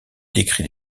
décrit